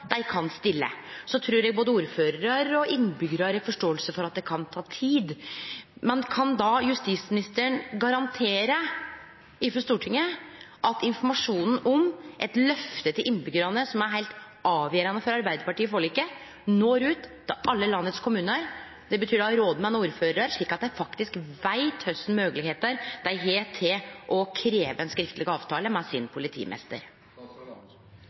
dei kan stille. Så trur eg både ordførarar og innbyggjarar forstår at det kan ta tid. Kan justisministeren garantere overfor Stortinget at informasjonen om eit løfte til innbyggjarane, som var heilt avgjerande for Arbeidarpartiet i forliket, når ut til alle kommunane i landet – det betyr både rådmenn og ordførarar – slik at dei veit kva moglegheiter dei har til å krevje ein skriftleg avtale med politimeisteren sin?